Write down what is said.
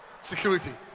security